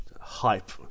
hype